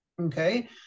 okay